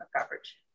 coverage